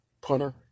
Punter